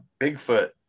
Bigfoot